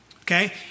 Okay